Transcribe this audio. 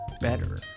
Better